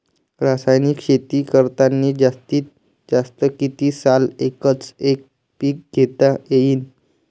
रासायनिक शेती करतांनी जास्तीत जास्त कितीक साल एकच एक पीक घेता येईन?